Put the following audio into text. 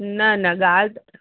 न न ॻाल्हि